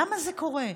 למה זה קורה,